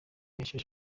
yesheje